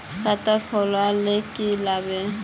खाता खोल ले की लागबे?